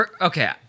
Okay